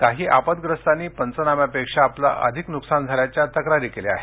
काही आपदग्रस्तांनी पंचनाम्यापेक्षा आपलं अधिक नुकसान झाल्याच्या तक्रारी केल्या आहेत